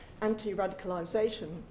anti-radicalisation